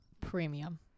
premium